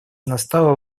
настало